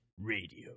Radio